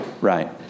Right